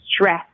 stress